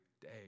day